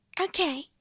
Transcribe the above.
Okay